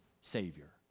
Savior